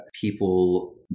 people